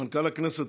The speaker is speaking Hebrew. מנכ"ל הכנסת,